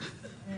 תשעה.